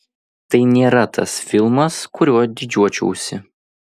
tai nėra tas filmas kuriuo didžiuočiausi